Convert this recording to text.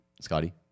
Scotty